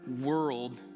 world